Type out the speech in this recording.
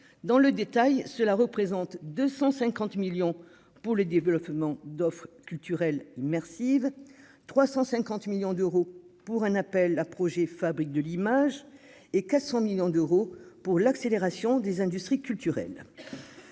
dans le détail, cela représente 250 millions pour le développement d'offre culturelle immersive 350 millions d'euros pour un appel à projets, fabrique de l'image et 400 millions d'euros pour l'accélération des industries culturelles,